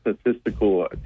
statistical